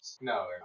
No